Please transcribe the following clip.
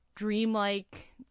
Dreamlike